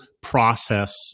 process